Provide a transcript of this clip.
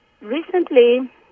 recently